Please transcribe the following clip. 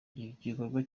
igikorwa